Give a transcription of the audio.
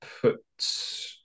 put